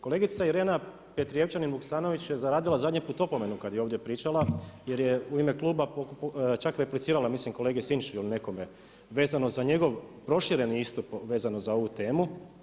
Kolegica Irena Petrijevčanin Vuksanović je zaradila zadnji put opomenu kada je ovdje pričala, jer je u ime kluba čak replicirala, mislim kolegi Sinčiću ili nekom vezano za njegov prošireni istup, vezano za ovu temu.